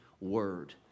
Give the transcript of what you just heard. word